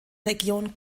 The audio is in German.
region